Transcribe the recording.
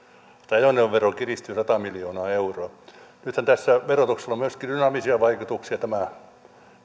ajoneuvovero kiristyy sata miljoonaa euroa nythän tässä verotuksella on myöskin dynaamisia vaikutuksia tämä